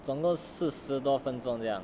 总共四十多分钟这样